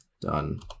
done